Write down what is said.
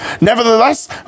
Nevertheless